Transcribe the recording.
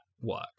work